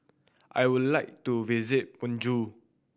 I would like to visit Banjul